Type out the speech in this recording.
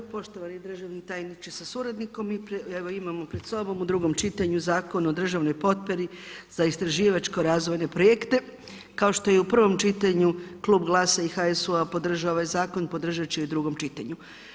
Poštovani državni tajniče sa suradnikom, evo imamo pred sobom u drugom čitanju, zakon o državnoj potpori za istraživačke razvojne projekte, kao što je u pravom čitanju Klub GLAS-a i HSU-a podržava ovaj zakon, podržati će i u drugom čitanju.